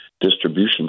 distribution